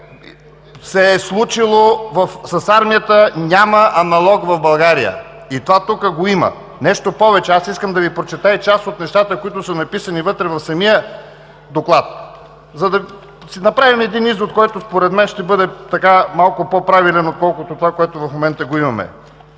което се е случило с армията, няма аналог в България. И това тука го има. Нещо повече. Аз искам да Ви прочета и част от нещата, които са написани вътре в самия Доклад, за да си направим един извод, който според мен ще бъде малко по-правилен, отколкото това, което в момента го имаме.